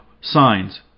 Signs